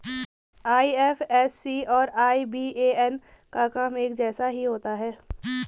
IFSC और IBAN का काम एक जैसा ही होता है